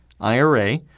IRA